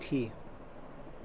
সুখী